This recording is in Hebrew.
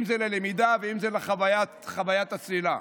אם ללמידה ואם לחוויית הצלילה.